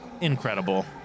Incredible